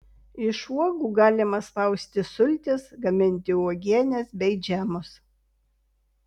iš uogų galima spausti sultis gaminti uogienes bei džemus